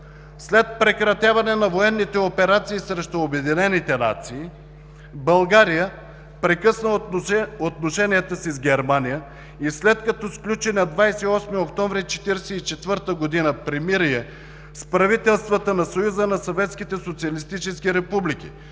„След прекратяване на военните операции срещу Обединените нации България прекъсна отношенията си с Германия и след като сключи на 28 октомври 1944 г. примирие с правителствата на Съюза